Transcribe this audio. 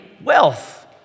wealth